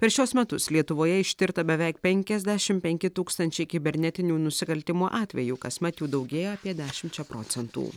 per šiuos metus lietuvoje ištirta beveik penkiasdešim penki tūkstančiai kibernetinių nusikaltimų atvejų kasmet jų daugėja apie dešimčia procentų